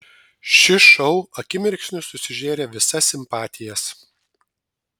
šis šou akimirksniu susižėrė visas simpatijas